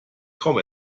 kaum